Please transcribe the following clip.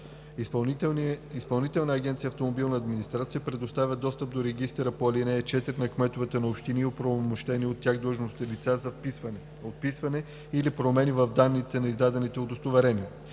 Изпълнителна агенция „Автомобилна администрация“ предоставя достъп до регистъра по ал. 4 на кметовете на общини и оправомощени от тях длъжностни лица за вписване, отписване и промени в данните на издадените удостоверения.